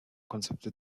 konzepte